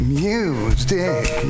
music